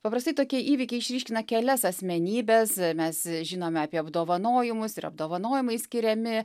paprastai tokie įvykiai išryškina kelias asmenybes mes žinome apie apdovanojimus ir apdovanojimai skiriami